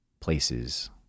places